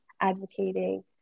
advocating